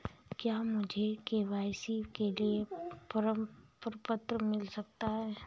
क्या मुझे के.वाई.सी के लिए प्रपत्र मिल सकता है?